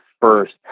first